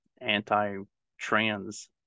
anti-trans